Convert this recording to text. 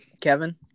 Kevin